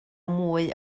mwy